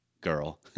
girl